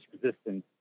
resistance